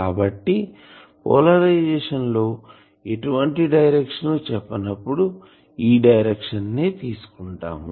కాబట్టి పోలరైజేషన్ లో ఎటువంటి డైరెక్షన్ చెప్పనప్పుడు ఈ డైరెక్షన్ నే తీసుకుంటాం